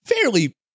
fairly